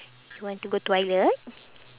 you want to go toilet